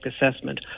assessment